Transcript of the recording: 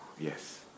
Yes